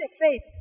faith